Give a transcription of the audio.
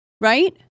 right